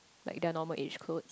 like then normal is codes